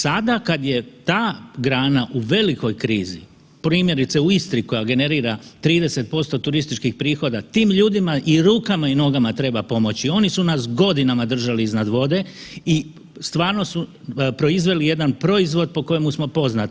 Sada kad je ta grana u velikoj krizi, primjerice u Istri koja generira 30% turističkih prihoda tim ljudima i rukama i nogama treba pomoći, oni su nas godinama držali iznad vode i stvarno su proizveli jedan proizvod po kojemu smo poznati.